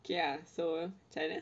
K ya so macam mana